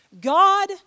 God